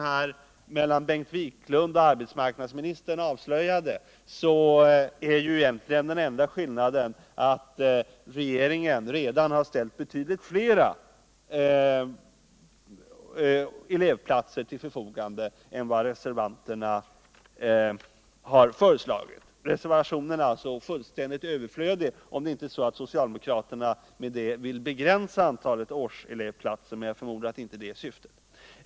här mellan Bengt Wiklund och arbetsmarknadsministern avslöjade har regeringen redan ställt betydligt flera elevplatser till förfogande än vad reservanterna har föreslagit. Reservationen är alltså fullständigt överflödig, om inte socialdemokraterna genom den vill begränsa antalet årselevplatser, men jag förmodar att det inte är syftet.